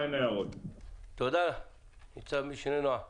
גורם שאישרה רשות הרישוי להעברת